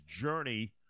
journey